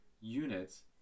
units